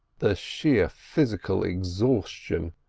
the sheer physical exhaustion,